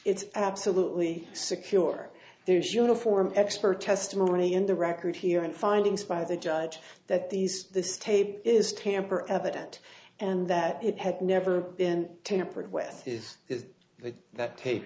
it's absolutely secure there's uniform expert testimony in the record here in findings by the judge that these this tape is tamper evident and that it had never been tampered with is with that